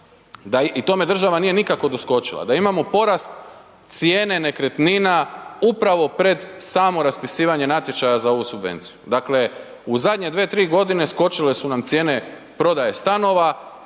i tome država nije nikako doskočila, da imamo porast cijene nekretnina upravo pred samo raspisivanje natječaja za ovu subvenciju. Dakle, u zadnje 2, 3 g. skočile su nam cijene prodaje stanova